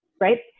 right